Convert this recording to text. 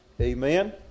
Amen